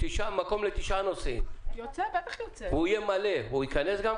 מקום לתשעה נוסעים, הוא יהיה מלא, הוא ייכנס?